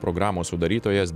programos sudarytojas